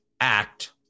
act